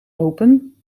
open